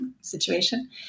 situation